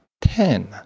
Ten